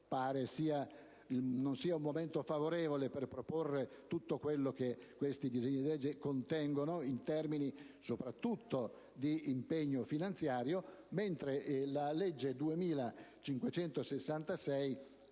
Pare non sia il momento favorevole per proporre tutto quello che questi disegni di legge contengono, in termini soprattutto di impegno finanziario, mentre il disegno